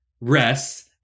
rest